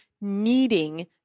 needing